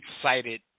excited